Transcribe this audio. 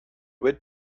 would